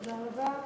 תודה רבה.